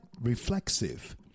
reflexive